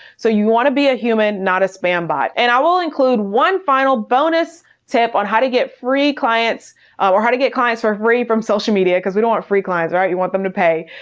so you want to be a human, not a spam bot. and i will include one final bonus tip on how to get free clients or how to get clients for free from social media because we don't want free clients, right? you want them to pay.